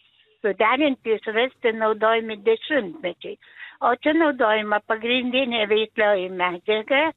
suderinti išrasti naudojami dešimtmečiai o čia naudojama pagrindinė veiklioji medžiaga